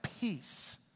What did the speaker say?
peace